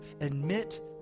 Admit